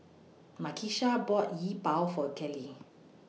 Nakisha bought Yi Bua For Kelli